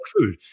food